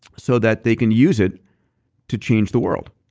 so that they can use it to change the world